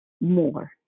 more